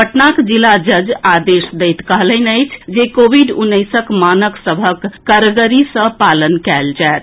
पटनाक जिला जज आदेश दैत कहलनि अछि जे कोविड उन्नैसक मानक सभक कड़गरी सँ पालन कयल जाएत